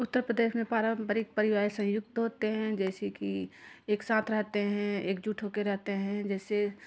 उत्तर प्रदेश में पारम्परिक परिवाए संयुक्त होते हैं जैसे कि एक साथ रहते हैं एकजुट हो कर रहते हैं जैसे